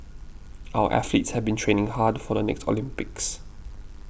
our athletes have been training hard for the next Olympics